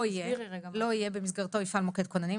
לא יהיה "במסגרתו יפעל מוקד כוננים".